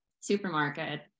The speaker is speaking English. supermarket